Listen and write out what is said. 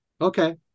Okay